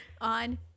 on